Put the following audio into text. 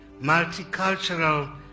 multicultural